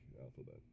alphabet